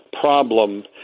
problem